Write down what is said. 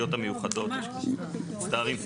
אני מצטער.